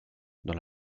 dans